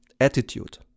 attitude